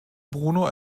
bruno